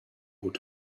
wood